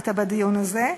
היית בדיון הזה,